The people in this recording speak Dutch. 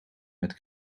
met